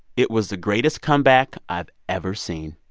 it was the greatest comeback i've ever seen.